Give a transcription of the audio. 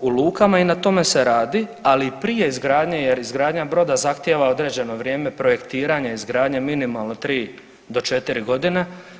u lukama i na tome se radi, ali i prije izgradnje jer izgradnja broda zahtjeva određeno vrijeme projektiranja i izgradnje minimalno 3. do 4.g.